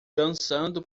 dançando